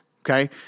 Okay